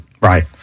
Right